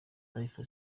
taifa